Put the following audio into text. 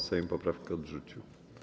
Sejm poprawki odrzucił.